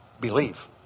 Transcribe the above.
believe